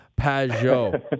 Pajot